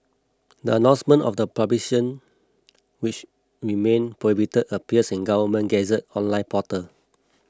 the announcement of the publication which remain prohibited appears in the Government Gazette's online portal